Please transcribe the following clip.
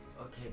Okay